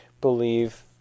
believe